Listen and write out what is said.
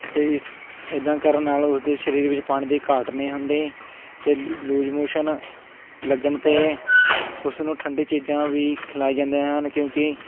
ਅਤੇ ਇਸ ਇੱਦਾਂ ਕਰਨ ਨਾਲ ਉਸਦੇ ਸਰੀਰ ਵਿੱਚ ਪਾਣੀ ਦੀ ਘਾਟ ਨਹੀਂ ਹੁੰਦੀ ਅਤੇ ਲੂ ਲੂਜ ਮੋਸ਼ਨ ਲੱਗਣ 'ਤੇ ਉਸ ਨੂੰ ਠੰਡੀ ਚੀਜ਼ਾਂ ਵੀ ਖਿਲਾਈ ਜਾਂਦੇ ਹਨ ਕਿਉਂਕਿ